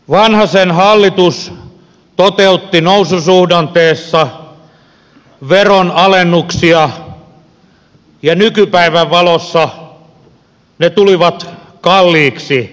vanhasen hallitus toteutti noususuhdanteessa veronalennuksia ja nykypäivän valossa nuo alennukset tulivat kalliiksi